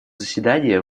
заседания